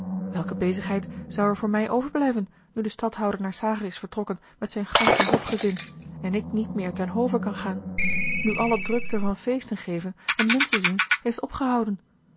welke bezigheid zou er voor mij overblijven nu de stadhouder naar s hage is vertrokken met zijn gansche hofgezin en ik niet meer ten hove kan gaan nu alle drukte van feesten geven en menschen zien heeft opgehouden